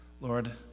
Lord